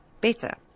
better